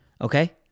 okay